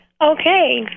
Okay